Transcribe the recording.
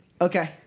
Okay